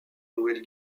nouvelle